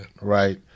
Right